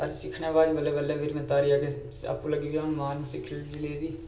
तां सिक्खने दे बाद बल्लें बल्लें तारी आपूं लगी पेआ मारन सिक्खी लेई दी ही